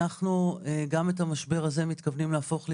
אנחנו גם את המשבר הזה מתכוונים להפוך להזדמנות,